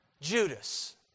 Judas